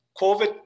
COVID